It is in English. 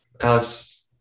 Alex